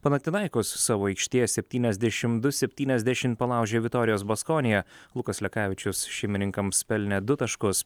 panathinaikos savo aikštėje septyniasdešim du septyniasdešim palaužė vitorijos baskonia lukas lekavičius šeimininkams pelnė du taškus